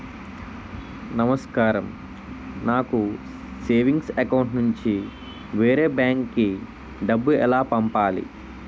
నమస్కారం నాకు savings account నుంచి వేరే బ్యాంక్ కి డబ్బు ఎలా పంపాలి?